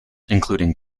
including